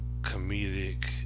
comedic